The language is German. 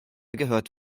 gehört